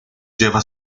lleva